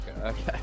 okay